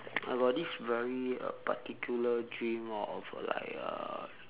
I got this very uh particular dream of like uh